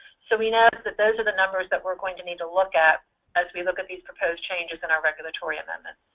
so we know that those are the numbers that we going to need to look at as we look at these proposed changes in our regulatory amendment.